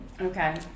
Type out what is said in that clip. Okay